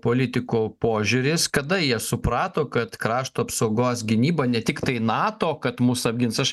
politikų požiūris kada jie suprato kad krašto apsaugos gynyba ne tiktai nato kad mus apgins aš